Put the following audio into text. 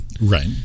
right